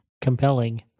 compelling